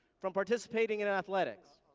from participating in athletics.